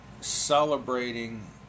celebrating